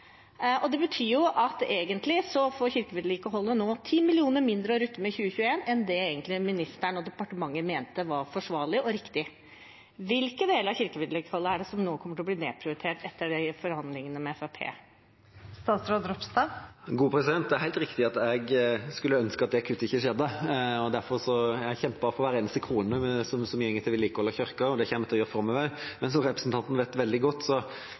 Fremskrittspartiet. Det betyr at kirkevedlikeholdet nå får 10 mill. kr mindre å rutte med i 2021 enn det ministeren og departementet egentlig mente var forsvarlig og riktig. Hvilke deler av kirkevedlikeholdet er det som nå kommer til å bli nedprioritert etter forhandlingene med Fremskrittspartiet? Det er helt riktig at jeg skulle ønske at det kuttet ikke skjedde. Derfor har jeg kjempet for hver eneste krone som går til vedlikehold av kirker, og det kommer jeg til å gjøre også framover. Men som representanten vet veldig godt, er etterslepet veldig mye større, så